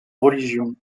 religion